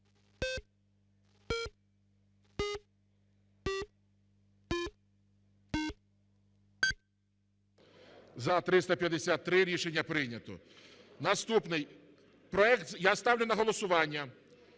За – 353 Рішення прийнято. Наступний законопроект. Я ставлю на голосування